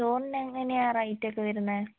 ചോറിനെങ്ങനെയാ റേറ്റൊക്കെ വരുന്നേ